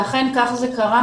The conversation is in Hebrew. ואכן, כך זה קרה.